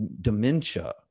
dementia